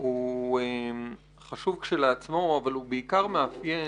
הוא חשוב כשלעצמו אבל הוא בעיקר מאפיין